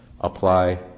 apply